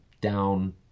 down